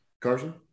Carson